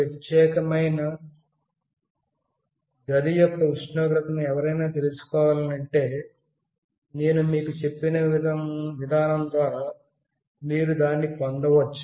ఏదైనా గది యొక్క ఉష్ణోగ్రతను ఎవరైనా తెలుసుకోవాలనుకుంటే నేను మీకు చెప్పిన విధానం ద్వారా మీరు దాన్ని పొందవచ్చు